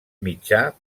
mitjà